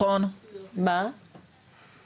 גם